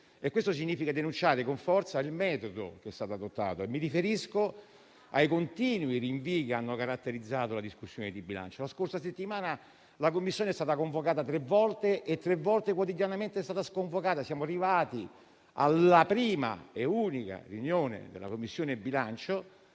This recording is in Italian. Questo significa denunciare con forza il metodo adottato: mi riferisco ai continui rinvii che hanno caratterizzato la discussione di bilancio. La scorsa settimana la Commissione è stata convocata tre volte e tre volte quotidianamente è stata sconvocata. Siamo arrivati alla prima e unica riunione della Commissione bilancio,